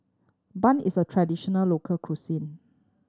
bun is a traditional local cuisine